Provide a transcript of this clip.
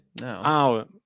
No